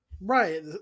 Right